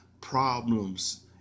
problems